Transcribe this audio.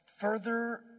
further